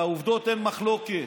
על העובדות אין מחלוקת,